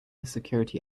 security